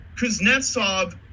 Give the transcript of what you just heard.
kuznetsov